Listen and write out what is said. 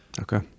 Okay